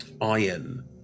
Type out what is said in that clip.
iron